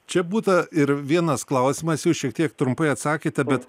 čia būta ir vienas klausimas jau šiek tiek trumpai atsakėte bet